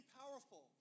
powerful